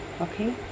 Okay